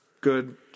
good